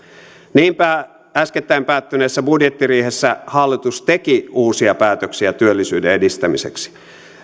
niinpä äskettäin päättyneessä budjettiriihessä hallitus teki uusia päätöksiä työllisyyden edistämiseksi